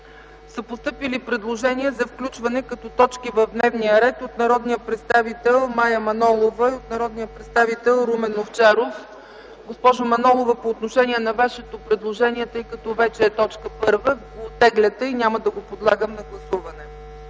са постъпили предложения за включване като точки в дневния ред от народните представители Мая Манолова и Румен Овчаров. Госпожо Манолова, по отношение на Вашето предложение, тъй като вече е точка първа, го оттегляте и няма да го подлагам на гласуване?